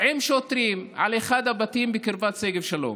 עם שוטרים על דלת אחד הבתים בקרבת שגב שלום,